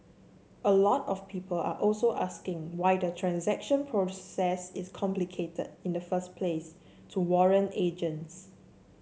a lot of people are also asking why the transaction process is complicated in the first place to warrant agents